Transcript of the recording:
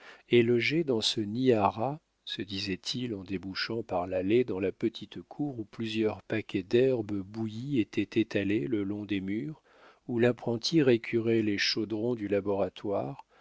et loger dans ce nid à rats se disait-il en débouchant par l'allée dans la petite cour où plusieurs paquets d'herbes bouillies étaient étalés le long des murs où l'apprenti récurait les chaudrons du laboratoire